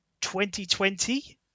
2020